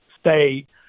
state